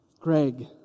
Greg